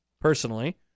personally